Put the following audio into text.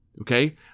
okay